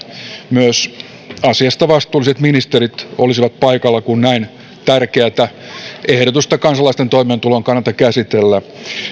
myös asiasta vastuulliset ministerit olisivat paikalla kun näin tärkeätä ehdotusta kansalaisten toimeentulon kannalta käsitellään